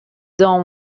dents